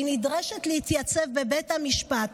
והיא נדרשת להתייצב בבית המשפט.